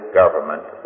government